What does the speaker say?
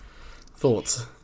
Thoughts